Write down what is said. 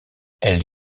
elle